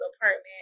apartment